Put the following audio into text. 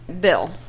Bill